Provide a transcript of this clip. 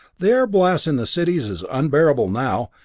the airblast in the cities is unbearable now,